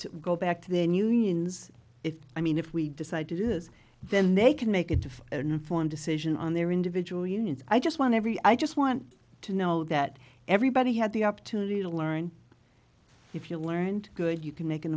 to go back to their new unions if i mean if we decide to do this then they can make it or not for a decision on their individual unions i just want every i just want to know that everybody had the opportunity to learn if you learned good you can make an